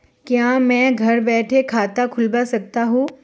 क्या मैं घर बैठे खाता खुलवा सकता हूँ?